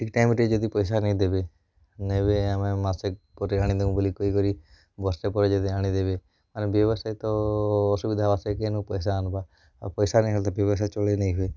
ଠିକ୍ ଟାଇମ୍ରେ ଯଦି ପଇସା ନାଇ ଦେବେ ନେବେ ଆମେ ମାସେ କଟେଇ ଆଣି ଦବୁ ବୋଲି କହି କରି ବର୍ଷେ ପରେ ଆଣି ଦେବେ ଆରେ ବ୍ୟବସାୟୀ ତ ଅସୁବିଧା ସେ କେନୁ ପଇସା କେନ ଆଣିବା ଆଉ ପଇସା ନାଇ ହେଲେ ତ ବ୍ୟବସାୟ ଟଳେଇ ନେଇ ହୁଏ